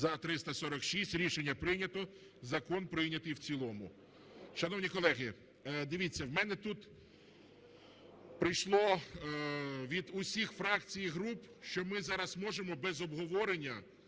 За-346 Рішення прийнято. Закон прийнятий в цілому. Шановні колеги, дивіться, у мене тут прийшло від усіх фракцій і груп, що ми зараз можемо без обговорення